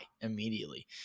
immediately